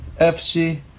FC